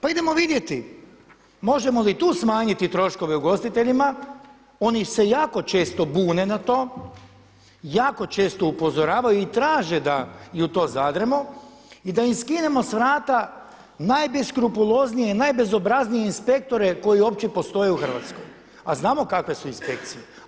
Pa idemo vidjeti možemo li tu smanjiti troškove ugostiteljima, oni se jako često bune na to, jako često upozoravaju i traže da i u to zadremo i da im skinemo s vrata najbeskrupuloznije, najbezobraznije inspektore koji uopće postoje u Hrvatskoj, a znamo kakve su inspekcije.